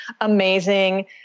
amazing